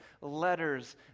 letters